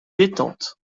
détente